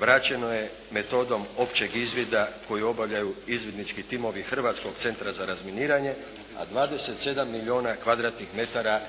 vraćeno je metodom općeg izvida koji obavljaju izvidnički timovi Hrvatskog centra za razminiranje, a 27 milijuna